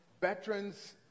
veterans